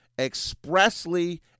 expressly